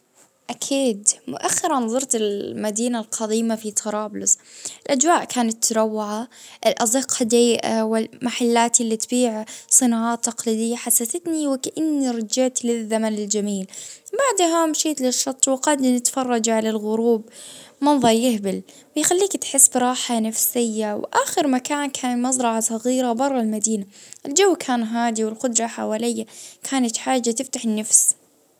زرت مدينة ساحلية اه كان الجو فيها منعش والبحر أزرق وصافي اه قعدت نستمتع بالبشي على الرمل ونسمات البحر.